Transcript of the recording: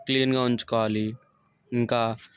క్లీనుగా ఉంచుకోవాలి ఇంకా